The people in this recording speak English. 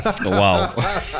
Wow